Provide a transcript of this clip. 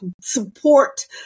support